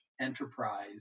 enterprise